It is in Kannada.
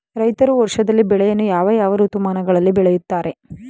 ರೈತರು ವರ್ಷದಲ್ಲಿ ಬೆಳೆಯನ್ನು ಯಾವ ಯಾವ ಋತುಮಾನಗಳಲ್ಲಿ ಬೆಳೆಯುತ್ತಾರೆ?